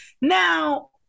Now